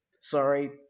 sorry